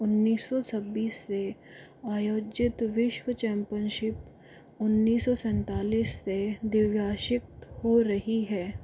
उन्नीस सौ छब्बीस से आयोजित विश्व चैंपियनशिप उन्नीस सौ सेंतलीस से द्विवार्षिक हो रही है